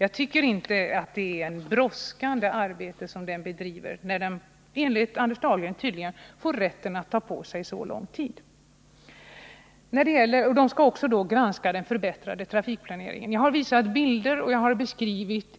Jag tycker inte att det verkar som om kommittén bedrev ett brådskande arbete, då den, enligt Anders Dahlgren, tydligen får använda så lång tid. Kommittén skall också pröva möjligheterna att minska föroreningarna genom en förbättring av trafikplaneringen. Jag har visat bilder och har i tal beskrivit